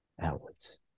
outwards